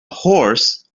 horse